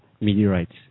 meteorites